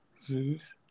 Zeus